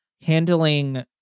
handling